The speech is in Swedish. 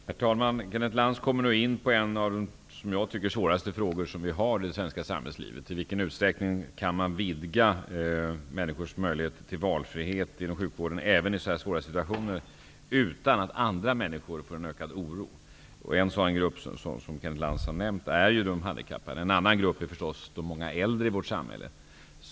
Herr talman! Kenneth Lantz kommer nu in på en av de enligt min mening svåraste frågor som vi har i det svenska samhällslivet: I vilken utsträckning kan man vidga människors möjligheter till valfrihet inom sjukvården, även i sådana här svåra situationer, utan att andra människor upplever en ökad oro? En grupp som kan uppleva en ökad oro har Kenneth Lantz redan nämnt, nämligen de handikappade. En annan grupp är förstås de många äldre i vårt samhälle.